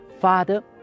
Father